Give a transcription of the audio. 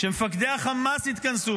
כשמפקדי חמאס התכנסו,